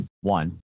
one